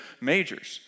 majors